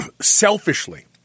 selfishly